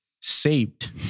saved